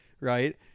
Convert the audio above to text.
right